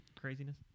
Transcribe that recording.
craziness